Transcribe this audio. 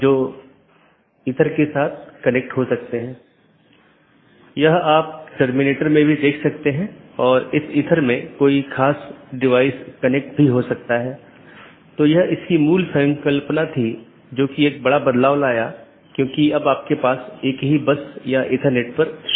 अब अगर हम BGP ट्रैफ़िक को देखते हैं तो आमतौर पर दो प्रकार के ट्रैफ़िक होते हैं एक है स्थानीय ट्रैफ़िक जोकि एक AS के भीतर ही होता है मतलब AS के भीतर ही शुरू होता है और भीतर ही समाप्त होता है